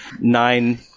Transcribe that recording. nine